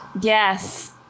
yes